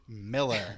Miller